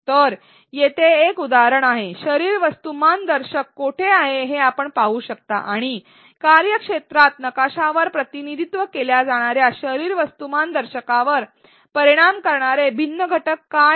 तर येथे एक उदाहरण आहे शरीर वस्तुमान दर्शक कोठे आहे हे आपण पाहू शकता आणि कार्यक्षेत्रात नकाशावर प्रतिनिधित्व केल्या जाणार्या शरीर वस्तुमान दर्शकावर परिणाम करणारे भिन्न घटक काय आहेत